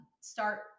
start